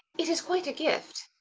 it is quite a gift.